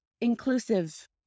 inclusive